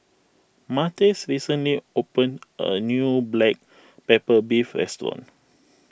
Martez recently opened a new Black Pepper Beef restaurant